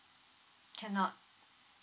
cannot